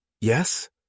Yes